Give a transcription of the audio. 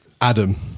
Adam